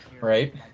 Right